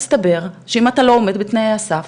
מסתבר שאם אתה לא עומד בתנאי הסף,